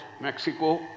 Mexico